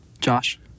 Josh